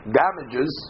damages